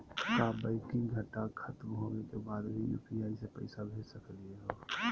का बैंकिंग घंटा खत्म होवे के बाद भी यू.पी.आई से पैसा भेज सकली हे?